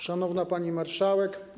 Szanowna Pani Marszałek!